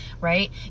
right